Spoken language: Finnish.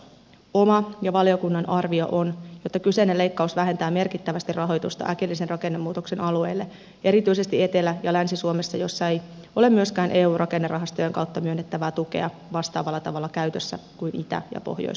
oma ja valiokunnan arvio on että kyseinen leikkaus vähentää merkittävästi rahoitusta äkillisen rakennemuutoksen alueilla erityisesti etelä ja länsi suomessa joissa ei ole myöskään eu rakennerahastojen kautta myönnettävää tukea vastaavalla tavalla käytössä kuin itä ja pohjois suomessa